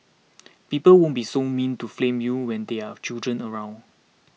people won't be so mean to flame you when there are children around